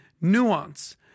nuance